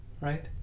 Right